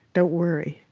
don't worry.